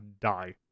die